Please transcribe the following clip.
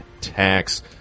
tax